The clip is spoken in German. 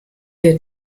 der